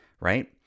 right